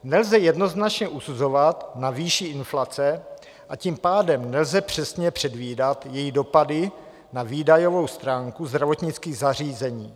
Nelze jednoznačně usuzovat na výši inflace, a tím pádem nelze přesně předvídat její dopady na výdajovou stránku zdravotnických zařízení.